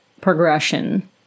progression